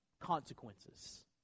consequences